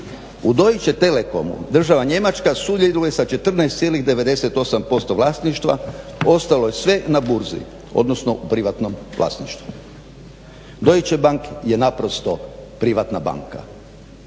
u Deutsche Telekomu država Njemačka sudjeluje sa 14,98% vlasništva ostalo je sve na burzi odnosno u privatnom vlasništvu. Deutsche Banke je naprosto privatna banka.